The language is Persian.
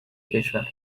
کشور